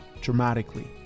dramatically